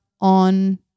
on